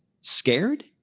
Scared